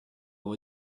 vous